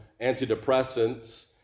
antidepressants